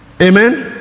Amen